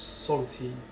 salty